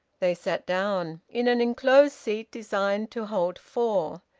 they sat down, in an enclosed seat designed to hold four.